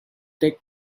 take